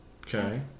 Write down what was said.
Okay